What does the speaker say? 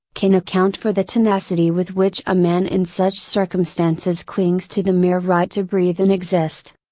can account for the tenacity with which a man in such circumstances clings to the mere right to breathe and exist.